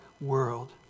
world